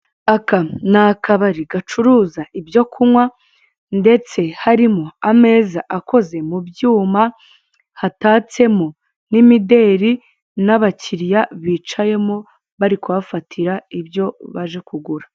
Aka ni akabari gacuriza ibyo kunywa, ndetse harimo ameza akoze mu byuma, hatatsemo n'imideri, n'abakiriya bicayemo, bari kuhafatira ibyo baje kugura.